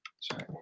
sorry